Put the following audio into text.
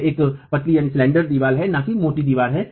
तो यह एक पतला दीवार है न कि एक मोटा दीवार